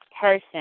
person